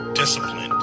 disciplined